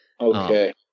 Okay